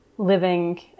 living